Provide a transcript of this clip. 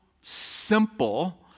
simple